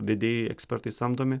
vedėjai ekspertai samdomi